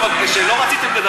אתה לא רוצה שנעבוד?